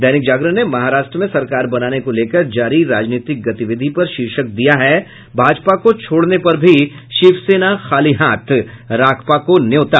दैनिक जागरण ने महाराष्ट्र में सरकार बनाने को लेकर जारी राजनीतिक गतिविधि पर शीर्षक दिया है भाजपा को छोड़ने पर भी शिवसेना खाली हाथ राकांपा को न्योता